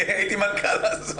הייתי אז מנכ"ל.